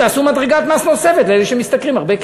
תעשו מדרגת מס נוספת לאלה שמשתכרים הרבה כסף.